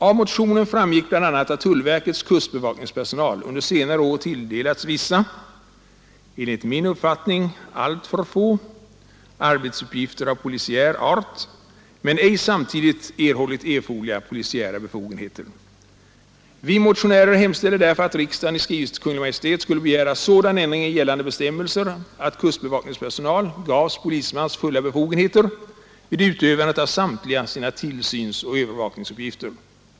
Av motionen framgick bl.a. att tullverkets kustbevakningspersonal under senare år tilldelats vissa — enligt min uppfattning alltför få arbetsuppgifter av polisiär art men ej samtidigt erhållit erforderliga polisiära befogenheter. Vi motionärer hemställde därför att riksdagen i skrivelse till Kungl. Maj:t skulle begära sådan ändring i gällande bestämmelser att kustbevakningspersonal gavs polismans fulla befogenheter vid utövandet av samtliga sina tillsynsoch övervakningsuppgifter.